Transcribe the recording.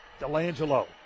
Delangelo